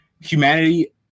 humanity